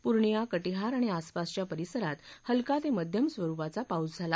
पूर्णिया कटिहार आणि आसपासच्या परिसरात हलका ते मध्यम स्वरूपाचा पाऊस झाला